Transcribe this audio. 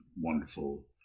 wonderful